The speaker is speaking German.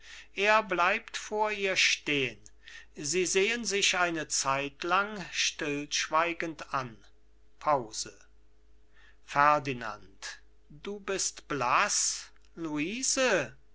sessel er bleibt vor ihr stehn sie sehen sich eine zeitlang stillschweigend an pause ferdinand du bist blaß luise